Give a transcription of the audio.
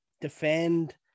defend